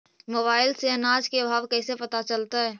Mobile से अनाज के भाव कैसे पता चलतै?